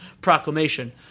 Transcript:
proclamation